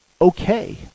okay